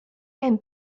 can